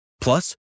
Plus